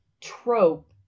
trope